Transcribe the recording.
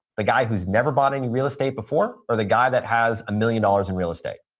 the guy who's never bought any real estate before or the guy that has a million dollars in real estate,